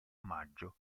omaggio